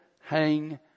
hang